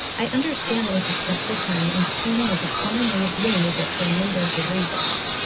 i understand that it's a stressful time and cleaning is a common way of dealing with it for a number of good reasons.